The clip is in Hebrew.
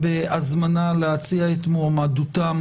בהזמנה להציע את מועמדותם